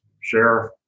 sheriff